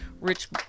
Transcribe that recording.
rich